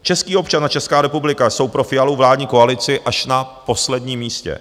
Český občan a Česká republika jsou pro Fialovu vládní koalici až na posledním místě.